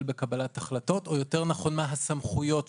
בקבלת החלטות" או יותר נכון מה סמכויותיו.